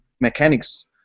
mechanics